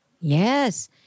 Yes